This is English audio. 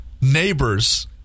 neighbors